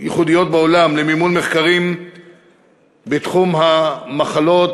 ייחודיות בעולם למימון מחקרים בתחום המחלות